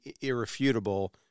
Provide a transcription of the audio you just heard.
irrefutable